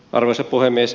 arvoisa puhemies